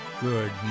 Good